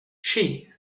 she